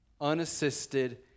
unassisted